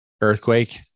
earthquake